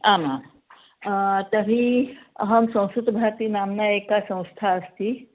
आमां तर्हि अहं संस्कृतभारती नाम्ना एका संस्था अस्ति